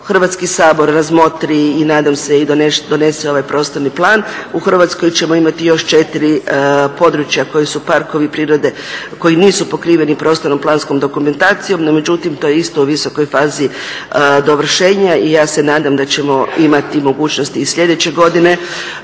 Hrvatski sabor razmotri i nadam se i donese ovaj prostorni plan, u Hrvatskoj ćemo imati još 4 područja koja su parkovi prirode, koji nisu pokriveni prostorno planskom dokumentacijom, no međutim to je isto u visokoj fazi dovršenja i ja se nadam da ćemo imati mogućnost i sljedeće godine